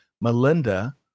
Melinda